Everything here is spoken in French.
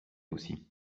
aussi